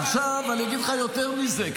עכשיו אני אגיד לך יותר מזה,